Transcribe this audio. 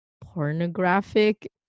pornographic